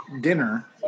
dinner